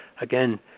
again